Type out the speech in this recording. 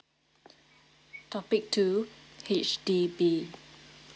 topic two H_D_B